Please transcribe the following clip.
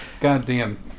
goddamn